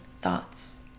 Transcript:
thoughts